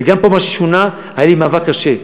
וגם פה, במה ששונה, היה לי מאבק קשה.